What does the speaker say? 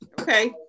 okay